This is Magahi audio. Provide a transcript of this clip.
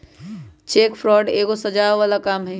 चेक फ्रॉड एगो सजाओ बला काम हई